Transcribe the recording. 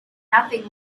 nothing